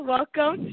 Welcome